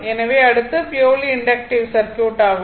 எனவே அடுத்து purely inductive circuit ஆகும்